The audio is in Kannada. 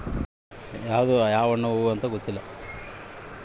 ಆಧುನಿಕ ತಂತ್ರಗಳ ಸಹಾಯದಿಂದ ನಮ್ಮ ದೇಶದಾಗ ಈ ಹೂವಿನ ತರಕಾರಿ ಮತ್ತು ಹಣ್ಣನ್ನು ಬೆಳೆತವ